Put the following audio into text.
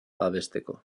babesteko